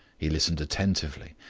he listened attentively,